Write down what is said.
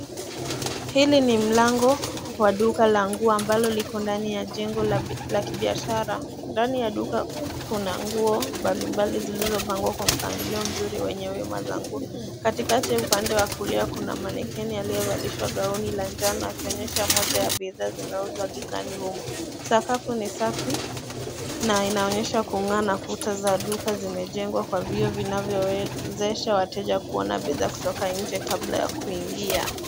Hili ni mlango wa duka la nguo ambalo liko ndani ya jengo la kibiashara. Ndani ya duka kuna nguo mbalimbali zilizopangwa kwa mpangilio mzuri wenye wima za nguo. Katikati upande wa kulia kuna manekeni aliyevalishwa gauni la njano akionyesha moja ya bidhaa zinauzwa dukani humo. Sakafu ni safi, na inaonyesha kungaa na kuta za duka zimejengwa kwa vioo vinavyowezesha wateja kuona bidhaa kutoka nje kabla ya kuingia.